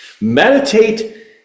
Meditate